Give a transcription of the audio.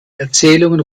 erzählungen